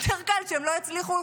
יותר קל שהם לא יצליחו.